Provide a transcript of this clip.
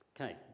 Okay